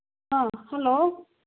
ꯑꯥ hello